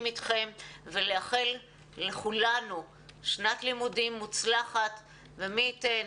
איתכם ולאחל לכולנו שנת לימודים מוצלחת ומי ייתן